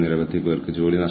human capital